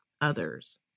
others